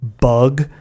bug